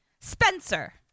Spencer